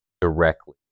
directly